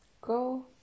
Go